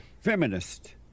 feminist